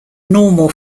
normal